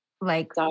like-